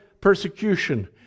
persecution